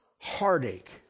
heartache